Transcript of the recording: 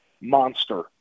monster